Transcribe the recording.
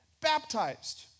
baptized